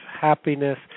happiness